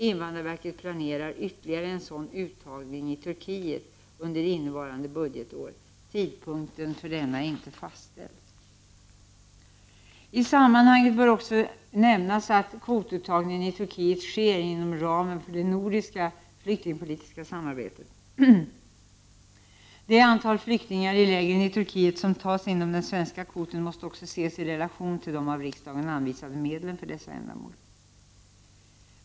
Invandrarverket planerar ytterligare en sådan uttagning i Turkiet under innevarande budgetår. Tidpunkten för denna är inte fastställd. I sammanhanget bör också nämnas att kvotuttagningen i Turkiet sker inom ramen för det nordiska flyktingpolitiska samarbetet. Det antal flyktingar i lägren i Turkiet som tas inom den svenska kvoten måste också ses i relation till de av riksdagen anvisade medlen för detta ändamål.